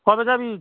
কবে যাবি